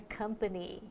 company